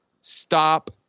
stop